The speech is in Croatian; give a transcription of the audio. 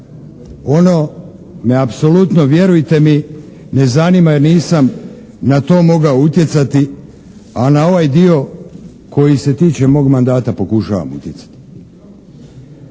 Ono me apsolutno vjerujte mi, ne zanima, jer nisam na to mogao utjecati, a na ovaj dio koji se tiče mog mandata pokušavam utjecati.